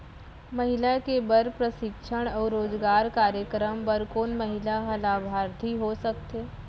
महिला के बर प्रशिक्षण अऊ रोजगार कार्यक्रम बर कोन महिला ह लाभार्थी हो सकथे?